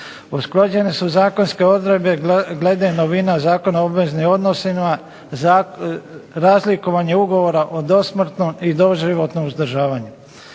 usklađene su zakonske odredbe glede novina Zakona o obveznim odnosima, razlikovanje ugovora o dosmrtnom i doživotnom uzdržavanju,